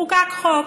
חוקק חוק.